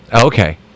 Okay